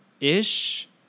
Ish